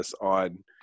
on